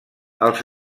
els